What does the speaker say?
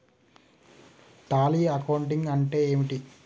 Tally accounting అంటే ఏమిటి?